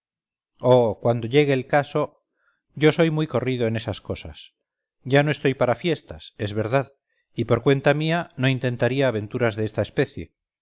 oh cuando llegue el caso yo soy muy corrido en esas cosas ya no estoy para fiestas es verdad y por cuenta mía no intentaría aventuras de esta especie